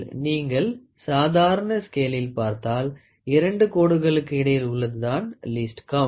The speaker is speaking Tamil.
நீங்கள் சாதாரண ஸ்கேளில் பார்த்தால் இரண்டு கோடுகளுக்கு இடையில் உள்ளது தான் லீஸ்ட் கவுண்ட்